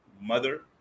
mother